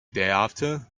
thereafter